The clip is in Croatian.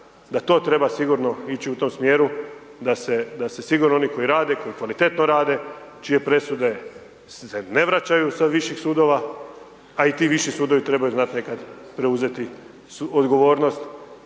da to treba sigurno ići u tom smjeru da se sigurno oni koji rade, koji kvalitetno rade, čije presude se ne vraćaju sa viših sudova a i ti viši sudovi trebaju znati nekad preuzeti odgovornost